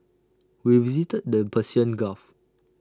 we visited the Persian gulf